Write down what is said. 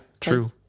true